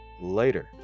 Later